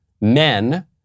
men